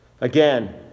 again